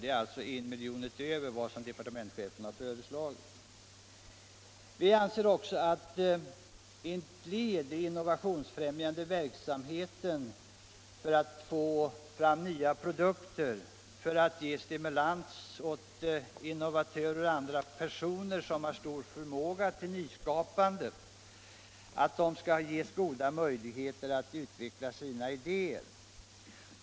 Det är alltså I milj.kr. utöver vad departementschefen har föreslagit. Vi anser också att ett viktigt led i en innovationsfrämjande verksamhet, som kan både ge nya produkter och stimulera innovatörer och andra personer som har stor förmåga till nyskapande, är att dessa får goda möjligheter att utveckla sina idéer.